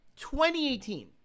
2018